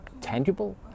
tangible